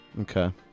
okay